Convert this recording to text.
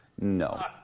No